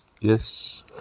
yes